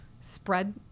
spread